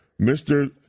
Mr